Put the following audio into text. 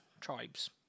tribes